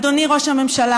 אדוני ראש הממשלה,